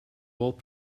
both